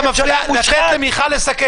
לתת למיכל לסכם.